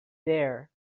there